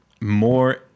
more